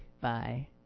Bye